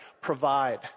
provide